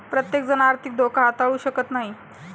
प्रत्येकजण आर्थिक धोका हाताळू शकत नाही